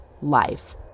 life